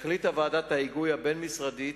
החליטה ועדת ההיגוי הבין-משרדית,